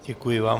Děkuji vám.